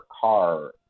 car